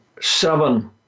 seven